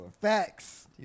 facts